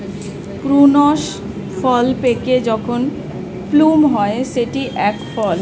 prunes ফল পেকে যখন প্লুম হয় সেটি এক ফল